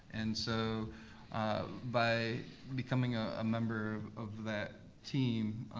and so by becoming a ah member of that team,